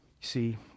See